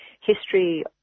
history